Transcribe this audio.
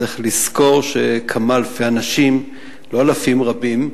צריך לזכור שכמה אלפי אנשים, לא אלפים רבים,